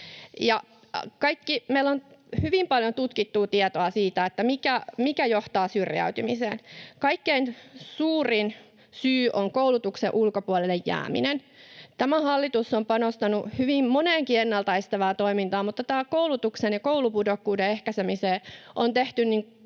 Meillä on hyvin paljon tutkittua tietoa siitä, mikä johtaa syrjäytymiseen. Kaikkein suurin syy on koulutuksen ulkopuolelle jääminen. Tämä hallitus on panostanut hyvin moneenkin ennalta estävään toimintaan, mutta koulutuksen ja koulupudokkuuden ehkäisemiseen on tehty